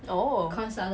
oh